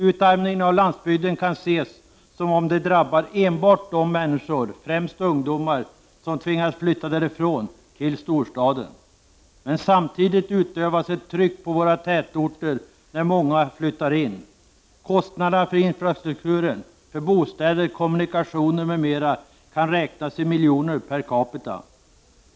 Utarmningen av landsbygden kan ses som om den drabbar enbart de människor, främst ungdomar, som tvingas flytta därifrån till storstaden. Men samtidigt utövas ett tryck på våra tätorter när många flyttar in. Kostnaderna för infrastrukturen, bostäder, kommunikationer, m.m. kan räknas i miljoner per capita.